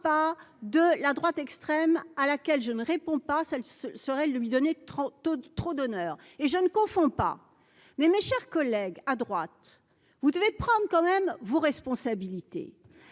pas de la droite extrême à laquelle je ne réponds pas seul, ce serait le lui donner trop tôt, trop d'honneur et je ne confonds pas mais mes chers collègues, à droite, vous devez prendre quand même vos responsabilités